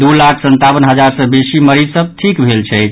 दू लाख संतावन हजार सँ बेसी मरीज सभ ठीक भेल छथि